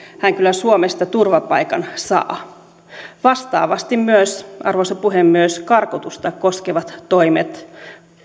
hän kyllä suomesta turvapaikan saa vastaavasti myös arvoisa puhemies karkotusta koskevat toimet